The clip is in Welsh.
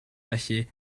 felly